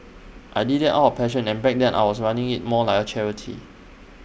I did that out of passion and back then I was running IT more like A charity